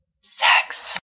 Sex